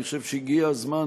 אני חושב שהגיע הזמן